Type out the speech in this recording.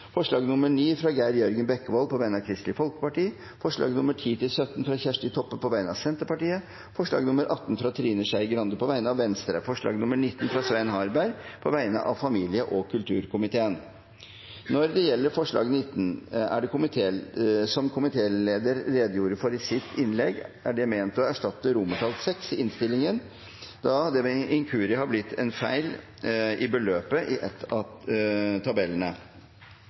forslag nr. 9, fra Geir Jørgen Bekkevold på vegne av Kristelig Folkeparti forslagene nr. 10–17, fra Kjersti Toppe på vegne av Senterpartiet forslag nr. 18, fra Trine Skei Grande på vegne av Venstre forslag nr. 19, fra Svein Harberg på vegne av familie- og kulturkomiteen Når det gjelder forslag nr. 19, er det, som komitélederen redegjorde for i sitt innlegg, ment å erstatte VI i innstillingen da det ved en inkurie har blitt feil beløp i en av tabellene. Forslaget er levert inn etter fristen, men presidenten vil på bakgrunn av nevnte begrunnelse foreslå at